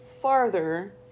farther